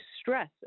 stress